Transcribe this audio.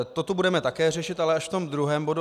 Toto budeme také řešit, ale až v tom druhém bodu.